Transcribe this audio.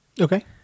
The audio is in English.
Okay